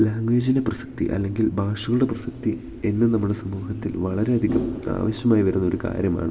ലാംഗ്വേജിനെ പ്രസക്തി അല്ലെങ്കിൽ ഭാഷകളുടെ പ്രസക്തി എന്നു നമ്മുടെ സമൂഹത്തിൽ വളരെയധികം ആവശ്യമായി വരുന്ന ഒരു കാര്യമാണ്